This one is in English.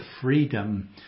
freedom